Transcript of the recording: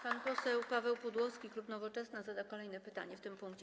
Pan poseł Paweł Pudłowski, klub Nowoczesna, zada kolejne pytanie w tym punkcie.